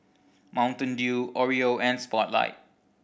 Mountain Dew Oreo and Spotlight